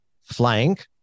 flank